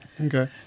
okay